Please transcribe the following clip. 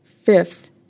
Fifth